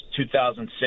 2006